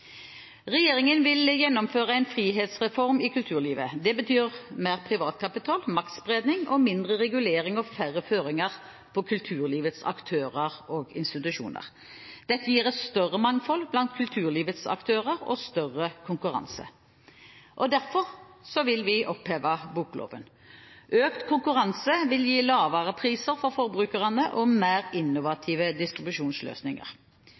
Regjeringen vil gjennomføre en frihetsreform i kulturlivet. Det betyr mer privat kapital, maktspredning og mindre regulering og færre føringer på kulturlivets aktører og institusjoner. Dette gir et større mangfold blant kulturlivets aktører og større konkurranse. Derfor vil vi oppheve bokloven. Økt konkurranse vil gi lavere priser for forbrukerne og mer